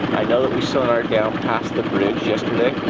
i know that we sonared down past the bridge yesterday,